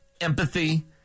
empathy